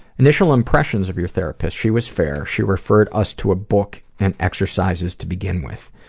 initial impressions of your therapist? she was fair she referred us to a book and exercises to begin with.